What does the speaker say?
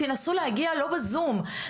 תנסו להגיע לא בזום,